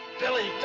billy,